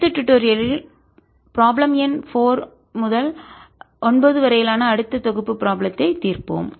அடுத்த டுடோரியலில் ப்ராப்ளம் எண் 4 முதல் 9 வரையிலான அடுத்த தொகுப்பு ப்ராப்ளத்தை தீர்ப்போம்